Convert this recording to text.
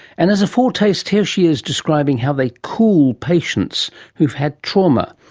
and as a foretaste, here she is describing how they cool patients who've had trauma,